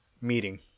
meeting